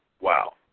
Wow